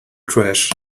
trash